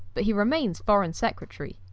but he remains foreign secretary.